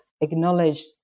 acknowledged